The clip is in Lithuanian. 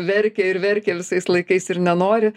verkia ir verkia ir visais laikais ir nenori